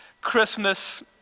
Christmas